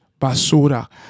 basura